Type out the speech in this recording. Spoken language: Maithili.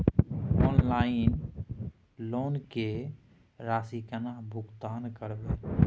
ऑनलाइन लोन के राशि केना भुगतान करबे?